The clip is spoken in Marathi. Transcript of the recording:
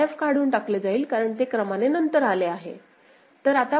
तर f काढून टाकले जाईल कारण ते क्रमाने नंतर आले आहे